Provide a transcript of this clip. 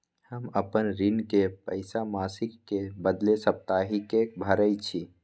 हम अपन ऋण के पइसा मासिक के बदले साप्ताहिके भरई छी